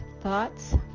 thoughts